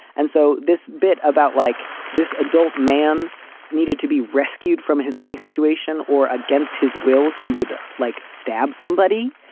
and so this bit about like this adult man needed to be rescued from his living situation or against his will. he would like stab somebody.